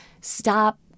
stop